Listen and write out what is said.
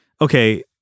okay